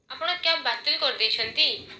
ଆପଣ କ୍ୟାବ୍ ବାତିଲ୍ କରିଦେଇଛନ୍ତି